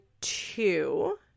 two